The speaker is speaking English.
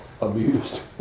abused